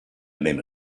même